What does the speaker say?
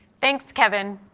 thanks, kevin.